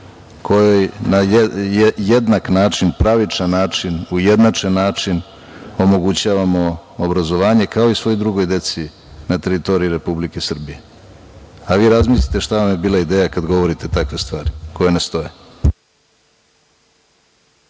kojoj na jednak način, pravičan način, ujednačen način omogućavamo obrazovanja, kao i svoj drugoj deci na teritoriji Republike Srbije. Vi razmislite šta je bila ideja kada govorite takve stvari koje ne stoje.